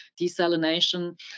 desalination